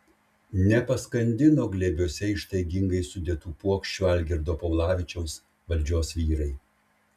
nepaskandino glėbiuose ištaigingai sudėtų puokščių algirdo paulavičiaus valdžios vyrai